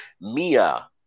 Mia